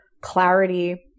clarity